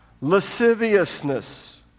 lasciviousness